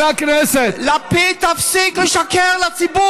אולי תפסיק עם השקר הטיפשי הזה?